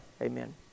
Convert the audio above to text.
Amen